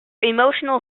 emotional